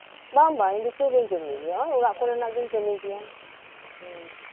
ᱵᱟᱝ ᱵᱟᱝ ᱤᱧᱫᱚ ᱪᱮᱫᱦᱚᱸ ᱵᱟᱹᱧ ᱠᱟᱹᱢᱤᱭᱜᱮᱭᱟ ᱱᱚᱜᱚᱭ ᱚᱲᱟᱜ ᱠᱚᱨᱮᱱᱟᱜ ᱜᱤᱧ ᱠᱟᱹᱢᱤᱭ ᱜᱮᱭᱟ ᱦᱮᱸ